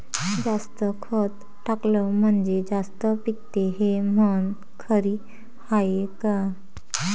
जास्त खत टाकलं म्हनजे जास्त पिकते हे म्हन खरी हाये का?